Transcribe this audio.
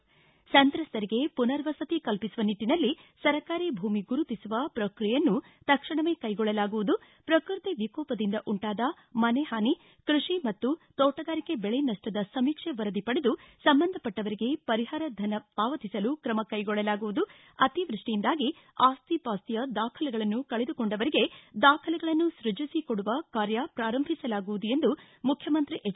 ಸಂತ್ರಸ್ತಂಗೆ ಪುನರ್ವಸತಿ ಕಲ್ಪಿಸುವ ನಿಟ್ಟನಲ್ಲಿ ಸರ್ಕಾರಿ ಭೂಮಿ ಗುರುತಿಸುವ ಪ್ರಕ್ರಿಯೆಯನ್ನು ತಕ್ಷಣವೇ ಕೈಗೊಳ್ಳಲಾಗುವುದು ಪ್ರಕೃತಿ ವಿಕೋಪದಿಂದ ಉಂಟಾದ ಮನೆ ಹಾನಿ ಕೃಷಿ ಮತ್ತು ತೋಟಗಾರಿಕೆ ಬೆಳೆ ನಷ್ಟದ ಸಮೀಕ್ಷೆ ವರದಿ ಪಡೆದು ಸಂಬಂಧಪಟ್ಟವರಿಗೆ ಪರಿಹಾರ ಧನ ಪಾವತಿಸಲು ಕ್ರಮ ಕೈಗೊಳ್ಳಲಾಗುವುದು ಅತಿವೃಷ್ಷಿಯಿಂದಾಗಿ ಆಸ್ತಿ ಪಾಸ್ತಿಯ ದಾಖಲೆಗಳನ್ನು ಕಳೆದುಕೊಂಡವರಿಗೆ ದಾಖಲೆಗಳನ್ನು ಸ್ಯಜಿಸಿಕೊಡುವ ಕಾರ್ಯ ಪ್ರಾರಂಭಿಸಲಾಗುವುದು ಎಂದು ಮುಖ್ಚಮಂತ್ರಿ ಎಚ್